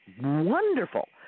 wonderful